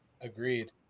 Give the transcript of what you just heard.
Agreed